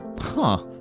huh.